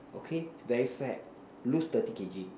okay very fat lose thirty K_G